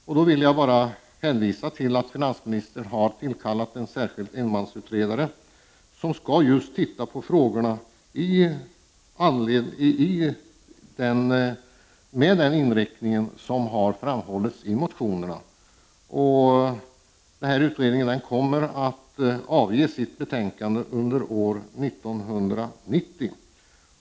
Jag vill hänvisa till att finansministern har tillkallat en särskild utredare som skall studera frågorna enligt den inriktning som har angetts i motionerna. Den här utred ningen kommer att avge sitt betänkande år 1990.